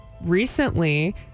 recently